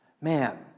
man